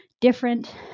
different